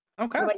okay